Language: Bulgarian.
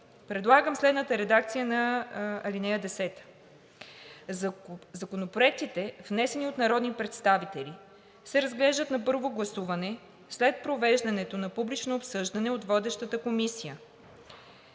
Предлагам следната редакция на ал. 10: „(10) Законопроектите, внесени от народни представители, се разглеждат на първо гласуване след провеждането на публично обсъждане от водещата комисия,